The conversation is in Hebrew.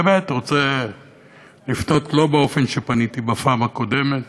אני באמת אני רוצה לפנות לא באופן שפניתי בפעם הקודמת,